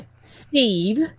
Steve